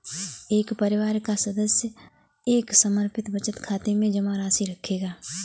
एक परिवार का सदस्य एक समर्पित बचत खाते में जमा राशि रखेगा